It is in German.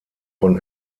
von